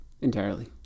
Entirely